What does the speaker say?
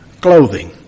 clothing